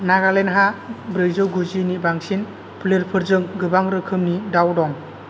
नागालेन्डहा ब्रैजौ गुजिनि बांसिन फोलेरफोरजों गोबां रोखोमनि दाउ दं